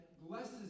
blesses